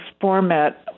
format